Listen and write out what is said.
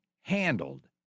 handled